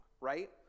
right